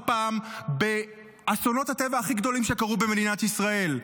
פעם באסונות הטבע הכי גדולים שקרו במדינת ישראל.